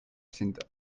sind